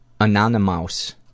Anonymous